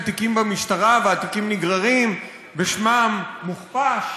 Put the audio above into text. תיקים במשטרה והתיקים נגררים ושמם מוכפש?